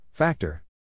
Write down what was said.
Factor